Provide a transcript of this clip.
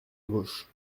gauche